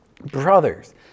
Brothers